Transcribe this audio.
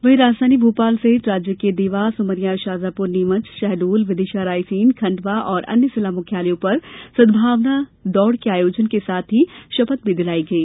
वहीं राजधानी भोपाल सहित राज्य के देवास उमरिया शाजापुर नीमच शहडोल विदिशा रायसेन खंडवा और अन्य जिला मुख्यालयों पर सद्भावना दौड़ के आयोजन के साथ ही सद्भावना की शपथ भी दिलाई गई